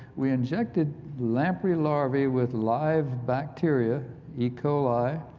we injected lamprey larva with live bacteria, e coli,